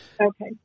Okay